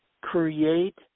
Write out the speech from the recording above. create